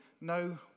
no